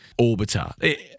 orbiter